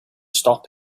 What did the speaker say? stop